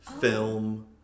film